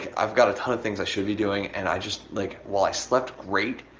ah i've got a ton of things i should be doing and i just, like while i slept great,